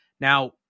Now